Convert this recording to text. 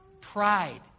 Pride